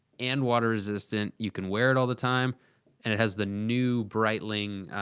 and, water resistant, you can wear it all the time and it has the new breitling.